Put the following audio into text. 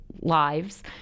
lives